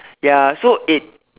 ya so it